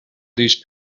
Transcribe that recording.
these